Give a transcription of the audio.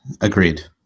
agreed